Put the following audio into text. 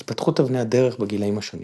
התפתחות אבני הדרך בגילאים השונים